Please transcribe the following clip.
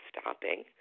stopping